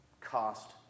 cost